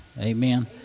Amen